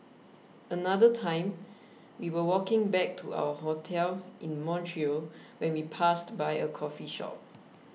another time we were walking back to our hotel in Montreal when we passed by a coffee shop